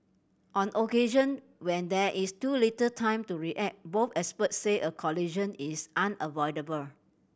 on occasion when there is too little time to react both experts said a collision is unavoidable